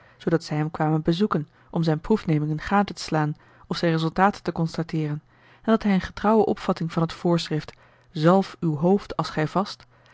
zoodat zij hem kwamen bezoeken om zijne proefnemingen gade te slaan of zijne resultaten te constateeren en dat hij in getrouwe opvatting van het voorschrift zalf uw hoofd als gij vast